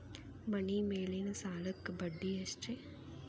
ಮನಿ ಮೇಲಿನ ಸಾಲಕ್ಕ ಬಡ್ಡಿ ಎಷ್ಟ್ರಿ?